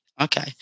Okay